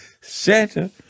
Santa